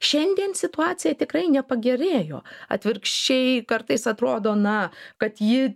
šiandien situacija tikrai nepagerėjo atvirkščiai kartais atrodo na kad ji